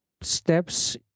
steps